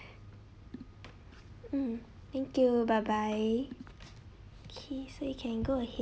mm thank you bye bye K so you can go ahead